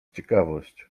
ciekawość